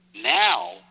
Now